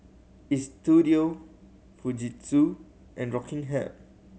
Istudio Fujitsu and Rockingham